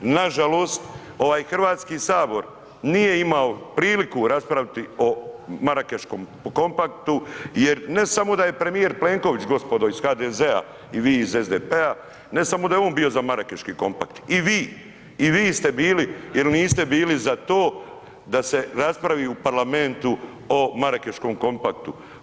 Nažalost, ovaj Hrvatski sabor nije imao priliku raspraviti o Marakeškom kompaktu jer ne samo da je premijer Plenković gospodo iz HDZ-a i vi iz SDP-a ne samo da je on bi za Marakeški kompakt i vi, i vi ste bili jel niste bili za to da se raspravi u Parlamentu o Marakeškom kompaktu.